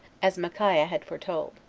as micaiah had foretold.